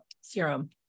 Serum